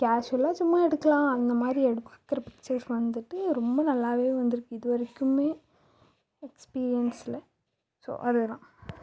கேஷுவலாக சும்மா எடுக்கலாம் அந்த மாதிரி எடுக்கிற பிச்சர்ஸ் வந்துட்டு ரொம்ப நல்லாவே வந்துருக்கு இது வரைக்குமே எக்ஸ்பீரியன்ஸில் ஸோ அதே தான்